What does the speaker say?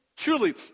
Truly